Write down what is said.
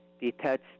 detach